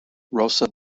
rosa